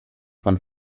von